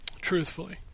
truthfully